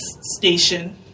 station